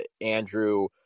Andrew